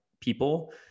people